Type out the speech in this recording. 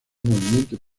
movimientos